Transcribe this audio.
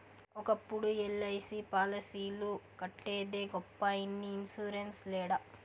ఒకప్పుడు ఎల్.ఐ.సి పాలసీలు కట్టేదే గొప్ప ఇన్ని ఇన్సూరెన్స్ లేడ